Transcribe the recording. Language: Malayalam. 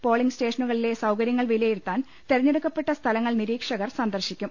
പോളിംഗ് സ്റ്റേഷനുകളിലെ സൌകര്യങ്ങൾ വിലയിരുത്താൻ തെരഞ്ഞെടുക്ക പ്പെട്ട സ്ഥലങ്ങൾ നിരീക്ഷകർ സന്ദർശിക്കും